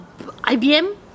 IBM